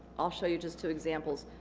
i'll show you just two examples.